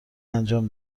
انجام